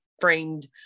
framed